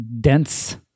dense